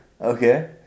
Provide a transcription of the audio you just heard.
Okay